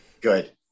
good